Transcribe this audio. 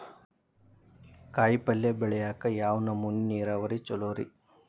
ಕಾಯಿಪಲ್ಯ ಬೆಳಿಯಾಕ ಯಾವ್ ನಮೂನಿ ನೇರಾವರಿ ಛಲೋ ರಿ?